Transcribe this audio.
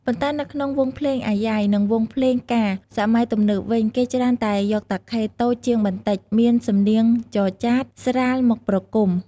ប៉ុន្តែនៅក្នុងវង់ភ្លេងអាយ៉ៃ និងវង់ភ្លេងការសម័យទំនើបវិញ គេច្រើនតែយកតាខេតូចជាងបន្តិច មានសំនៀងចរចាតស្រាលមកប្រគំ។